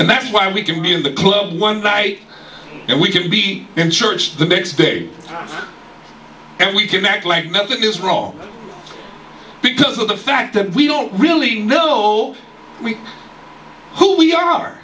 and that's why we can be in the club one night and we can be in church the next day and we can act like nothing is wrong because of the fact that we don't really know we who we are